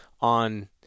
on –